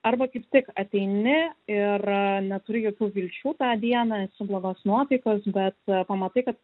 arba kaip tik ateini ir neturi jokių vilčių tą dieną esi blogos nuotaikos bet pamatai kad